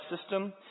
system